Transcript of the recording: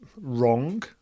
wrong